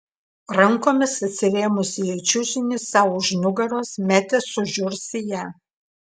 rankomis atsirėmusi į čiužinį sau už nugaros metė sužiurs į ją